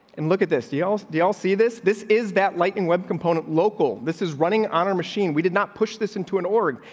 and look at this deal. they'll see this. this is that lightning web component local. this is running on a machine. we did not push this into an organ,